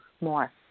more